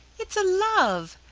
it's a love!